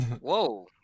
Whoa